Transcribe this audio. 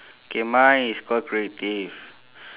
K mine is call creative